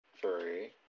Three